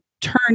Turn